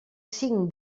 cinc